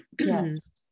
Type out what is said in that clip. Yes